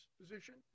position